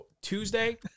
Tuesday